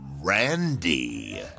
Randy